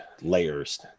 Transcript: layers